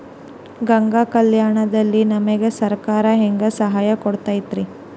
ಗಂಗಾ ಕಲ್ಯಾಣ ದಲ್ಲಿ ನಮಗೆ ಸರಕಾರ ಹೆಂಗ್ ಸಹಾಯ ಕೊಡುತೈತ್ರಿ?